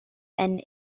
wna